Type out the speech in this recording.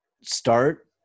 start